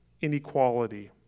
inequality